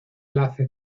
hace